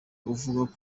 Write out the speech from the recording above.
avuga